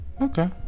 Okay